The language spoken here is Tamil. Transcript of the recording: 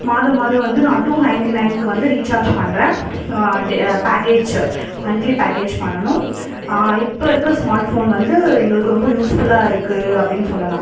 மாதம் மாதம் வந்து நான் டூ நயன்ட்டி நயன்க்கு வந்து ரீச்சார்ஜ் பண்ணுறேன் டே பேக்கேஜ் மன்த்லி பேக்கேஜ் பண்ணணும் இப்போது இருக்க ஸ்மார்ட் ஃபோன் வந்து எங்களுக்கு ரொம்ப யூஸ் ஃபுல்லா இருக்குது அப்படின்னு சொல்லலாம்